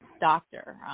doctor